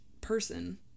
person